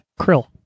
krill